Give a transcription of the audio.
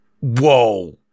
Whoa